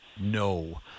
No